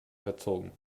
verzogen